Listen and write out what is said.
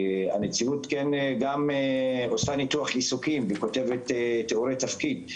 הנציבות גם עושה ניתוח עיסוקים וכותבת תיאורי תפקיד.